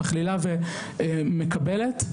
כוללת ומקבלת.